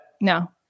No